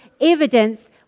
evidence